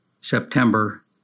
September